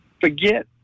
forget